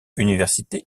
universités